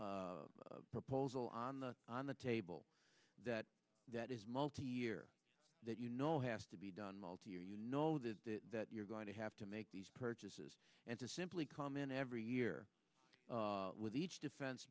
proposal on the on the table that that is multi year that you know has to be done multi year you know that that you're going to have to make these purchases and to simply come in every year with each defense